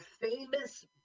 famous